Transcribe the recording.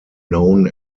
known